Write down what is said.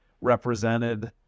represented